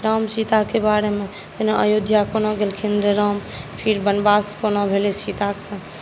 राम सीताके बारेमे जेना अयोध्या कोना गेलखिन राम फेर वनवास कोना भेलै सीताकेँ